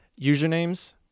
usernames